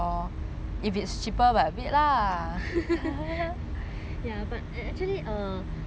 ya but actually my friend say they buy